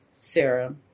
Sarah